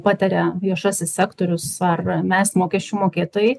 pataria viešasis sektorius ar mes mokesčių mokėtojai